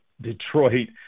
Detroit